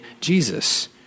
Jesus